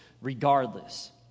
regardless